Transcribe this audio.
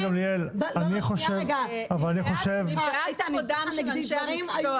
גמליאל ----- מפאת כבודם של אנשי המקצוע